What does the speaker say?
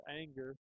anger